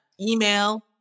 email